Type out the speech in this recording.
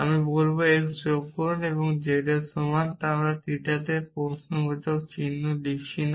আমি বলব x যোগ করুন z এর সমান আমি এখানে থিটাতে প্রশ্নবোধক চিহ্ন লিখছি না